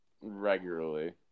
regularly